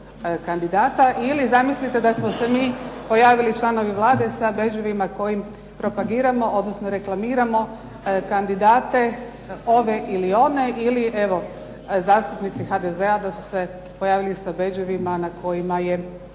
kandidata? Ili zamislite da smo se mi pojavili članovi Vlade, pojavili sa bedževima kojim propagiramo, odnosno reklamiramo kandidate ove ili one ili evo zastupnici HDZ-a da su se pojavili sa bedževima na kojima je